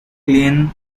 clean